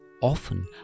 Often